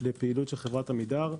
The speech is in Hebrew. לפעילות של חברת עמידר,